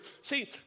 See